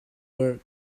where